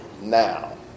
now